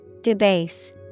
Debase